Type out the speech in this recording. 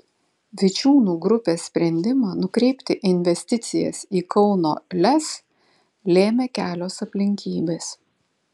vičiūnų grupės sprendimą nukreipti investicijas į kauno lez lėmė kelios aplinkybės